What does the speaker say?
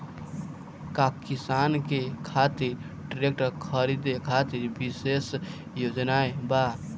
का किसानन के खातिर ट्रैक्टर खरीदे खातिर विशेष योजनाएं बा?